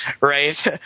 right